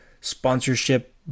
sponsorship